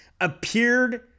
appeared